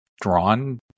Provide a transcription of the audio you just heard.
drawn